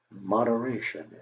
moderation